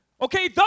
Okay